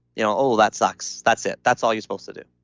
you know oh that sucks. that's it. that's all you're supposed to do.